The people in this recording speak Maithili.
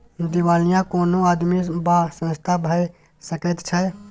दिवालिया कोनो आदमी वा संस्था भए सकैत छै